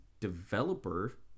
developer